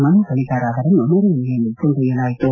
ಮನು ಬಳಿಗಾರ ಅವರನ್ನು ಮೆರವಣಿಗೆ ಕೊಂಡೊಯ್ಯಲಾಯಿತು